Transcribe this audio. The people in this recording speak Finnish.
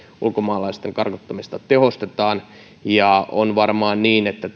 ulkomaalaisten karkottamista tehostetaan on varmaan niin että